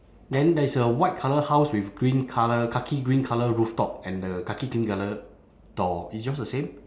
then there is a white colour house with green colour khaki green colour rooftop and the khaki green colour door is yours the same